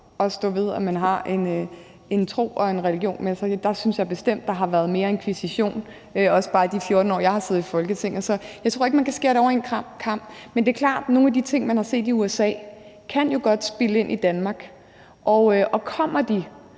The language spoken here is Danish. at stå ved, at man har en tro og en religion med sig. Der synes jeg bestemt, at der har været mere inkvisition, også bare i de 14 år, jeg har siddet i Folketinget. Så jeg tror ikke, at man kan skære det over én kam. Men det er klart, at nogle af de ting, man har set i USA, jo godt kan spille ind i Danmark, og kommer de,